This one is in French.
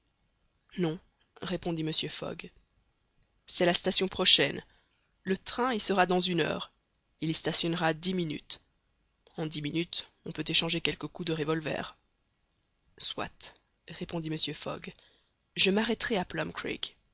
non répondit mr fogg c'est la station prochaine le train y sera dans une heure il y stationnera dix minutes en dix minutes on peut échanger quelques coups de revolver soit répondit mr fogg je m'arrêterai à